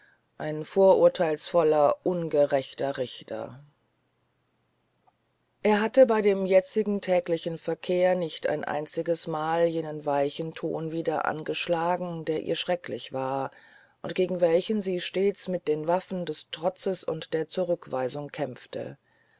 ein vorurteilsvoller ungerechter richter er hatte bei dem jetzigen täglichen verkehr nicht ein einziges mal jenen weichen ton wieder angeschlagen der ihr schrecklich war und gegen welchen sie stets mit den waffen des trotzes und der zurückweisung kämpfte